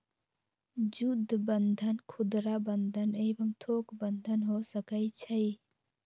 जुद्ध बन्धन खुदरा बंधन एवं थोक बन्धन हो सकइ छइ